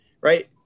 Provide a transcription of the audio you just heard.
right